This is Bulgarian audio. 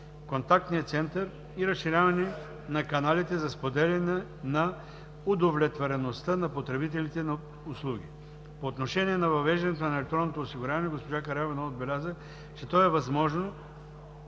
Контактния център и разширяване на каналите за споделяне на удовлетвореността на потребителите на услуги. По отношение на въвеждането на електронното осигуряване госпожа Караиванова отбеляза, че то е възможно,